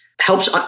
helps